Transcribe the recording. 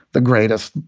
the greatest,